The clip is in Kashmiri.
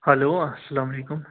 ہٮ۪لو السلام علیکُم